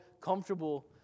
comfortable